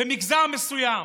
במגזר מסוים.